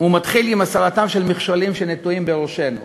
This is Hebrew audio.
מתחילה בהסרתם של מכשולים שנטועים בראשנו.